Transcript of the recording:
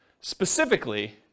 specifically